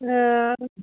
ओ